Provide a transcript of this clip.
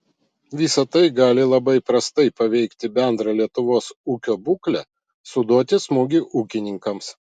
visa tai gali labai prastai paveikti bendrą lietuvos ūkio būklę suduoti smūgį ūkininkams